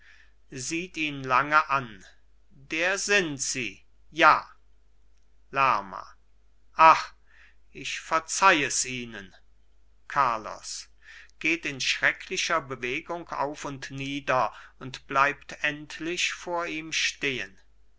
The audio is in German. sieht ihn lange an der sind sie ja lerma ach ich verzeih es ihnen carlos geht in schrecklicher bewegung auf und nieder und bleibt endlich vor ihm stehen